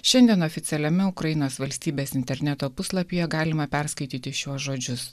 šiandien oficialiame ukrainos valstybės interneto puslapyje galima perskaityti šiuos žodžius